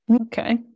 Okay